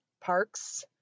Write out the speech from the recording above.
Park's